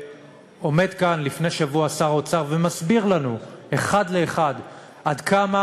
ועמד כאן לפני שבוע שר האוצר והסביר לנו אחד לאחד עד כמה